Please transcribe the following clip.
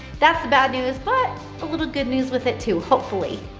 that's the bad news, but a little good news with it too, hopefully.